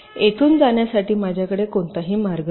येथून येथून जाण्यासाठी माझ्याकडे कोणताही मार्ग नाही